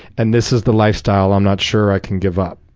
and this is the lifestyle i'm not sure i can give up.